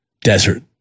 desert